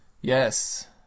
Yes